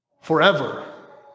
forever